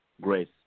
grace